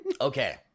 Okay